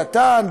קטן,